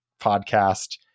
podcast